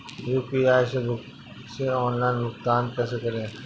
UPI से online भुगतान कैसे करें?